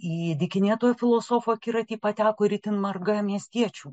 į dykinėtojo filosofo akiratį pateko ir itin marga miestiečių